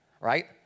right